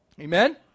Amen